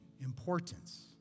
importance